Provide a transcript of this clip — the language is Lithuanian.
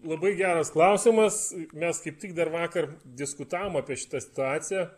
labai geras klausimas mes kaip tik dar vakar diskutavom apie šitą situaciją